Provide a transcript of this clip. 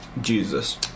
Jesus